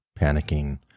panicking